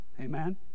amen